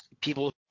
people